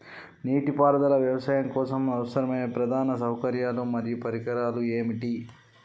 నీటిపారుదల వ్యవసాయం కోసం అవసరమయ్యే ప్రధాన సౌకర్యాలు మరియు పరికరాలు ఏమిటి?